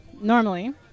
normally